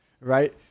Right